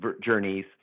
journeys